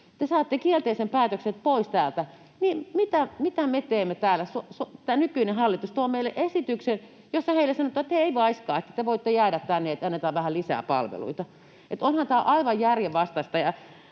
saatte kielteisen päätöksen, pois täältä — mitä me teemme täällä? Tämä nykyinen hallitus tuo meille esityksen, jossa heille sanotaan, että ei vaiskaan, te voitte jäädä tänne, annetaan vähän lisää palveluita. Onhan tämä aivan järjenvastaista.